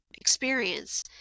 experience